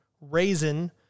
raisin